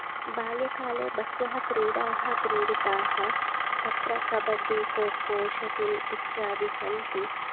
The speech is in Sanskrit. बाल्यकाले बह्व्यः क्रीडाः क्रीडिताः तत्र कबड्डि को को शटिल् इत्यादि सन्ति